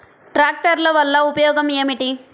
ట్రాక్టర్ల వల్ల ఉపయోగం ఏమిటీ?